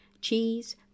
cheese